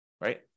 right